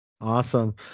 Awesome